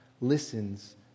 listens